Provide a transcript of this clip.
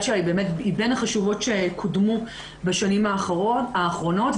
שלה היא בין החשובות שקודמו בשנים האחרונות,